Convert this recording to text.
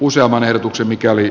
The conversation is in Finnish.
useamman erotuksen mikäli